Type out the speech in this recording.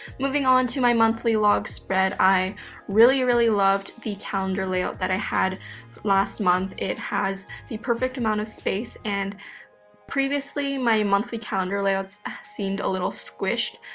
moving on to my monthly log spread, i really really loved the calendar layout that i had last month. it has the perfect amount of space and previously my monthly calendar layouts seemed a little squished,